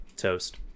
toast